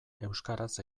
euskaraz